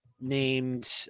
named